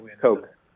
Coke